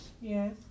Yes